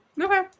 Okay